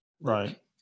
Right